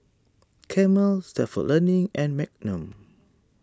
Camel Stalford Learning and Magnum